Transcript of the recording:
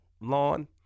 lawn